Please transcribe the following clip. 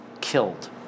killed